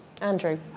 Andrew